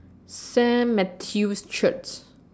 Saint Matthew's Church